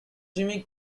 jimmy